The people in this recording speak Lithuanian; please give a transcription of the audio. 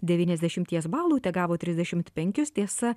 devyniasdešimties balų tegavo trisdešimt penkis tiesa